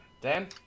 Dan